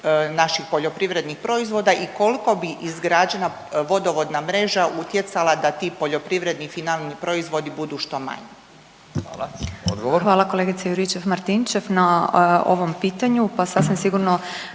naših poljoprivrednih proizvoda? I koliko bi izgrađena vodovodna mreža utjecala da ti poljoprivredni finalni proizvodi budu što manji? **Radin, Furio (Nezavisni)** Hvala.